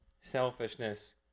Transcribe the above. Selfishness